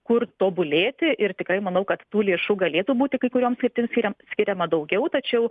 kur tobulėti ir tikrai manau kad tų lėšų galėtų būti kai kurioms sritims yra skiriama daugiau tačiau